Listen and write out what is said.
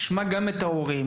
נשמע גם את ההורים,